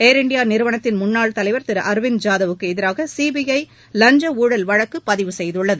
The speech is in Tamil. ஏர் இந்தியா நிறுவனத்தின் முன்னாள் தலைவர் அரவிந்த் ஜாதவ் க்கு எதிராக சி பி ஐ லஞ்ச ஊழல் வழக்கு பதிவு செய்துள்ளது